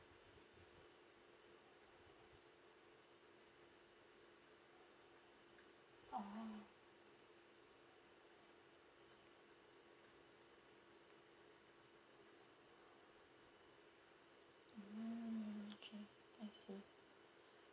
oh mm okay I see